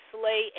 slay